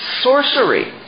sorcery